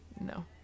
No